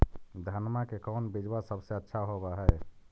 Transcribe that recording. धनमा के कौन बिजबा सबसे अच्छा होव है?